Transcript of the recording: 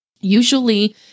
usually